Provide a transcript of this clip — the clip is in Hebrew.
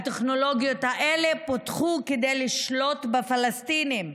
הטכנולוגיות האלה פותחו כדי לשלוט בפלסטינים.